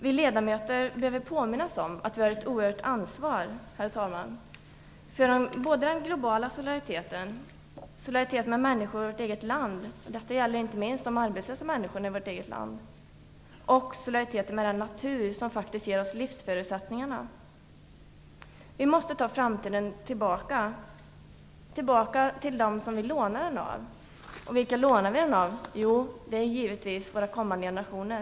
Vi ledamöter behöver påminnas om att vi har, herr talman, ett oerhört ansvar både för den globala solidariteten, solidariteten med människor i vårt eget land, inte minst de arbetslösa, och för solidariteten med den natur som ger oss livsförutsättningarna. Vi måste ge framtiden tillbaka till dem som vi lånar den av. Vilka lånar vi den av? Jo, det är givetvis våra kommande generationer.